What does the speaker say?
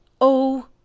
Oh